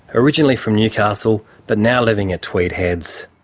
originally from newcastle, but now living at tweed heads.